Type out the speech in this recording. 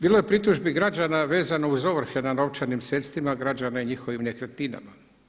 Bilo je pritužbi građana vezano uz ovrhe na novčanim sredstvima građana i njihovim nekretninama.